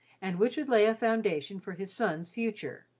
and which would lay a foundation for his son's future.